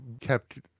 kept